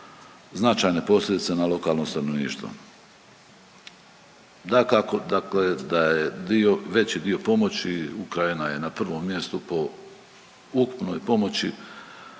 značajne posljedice na lokalno stanovništvo. Dakako, dakle da je dio, veći dio pomoći Ukrajina je na prvom mjestu po ukupnoj pomoći,